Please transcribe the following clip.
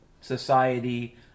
society